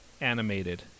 animated